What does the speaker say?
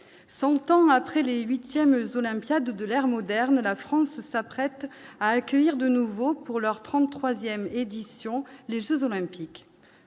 100 ans après les huitièmes eux Olympiade de l'ère moderne, la France s'apprête à accueillir de nouveaux pour leur 33ème édition, les Jeux olympiques,